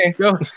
go